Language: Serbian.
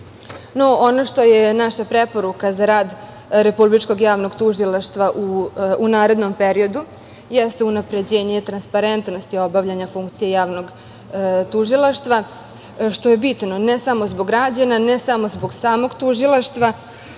što je naša preporuka za rad Republičkog javnog tužilaštva u narednom periodu jeste unapređenje transparentnosti obavljanja funkcije javnog tužilaštva, što je bitno ne samo zbog građana, ne samo zbog samog tužilaštva,